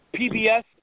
PBS